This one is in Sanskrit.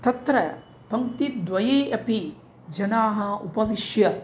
तत्र पङ्क्तिद्वये अपि जनाः उपविश्य